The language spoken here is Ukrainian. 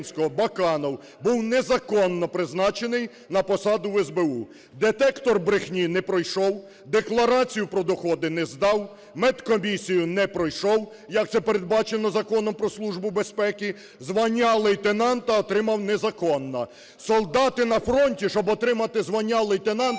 Баканов був незаконно призначений на посаду СБУ. Детектор брехні не пройшов, декларацію про доходи не здав, медкомісію не пройшов, як це передбачено Законом про Службу безпеки, звання лейтенанта отримав незаконно. Солдати на фронті, щоб отримати звання лейтенанта,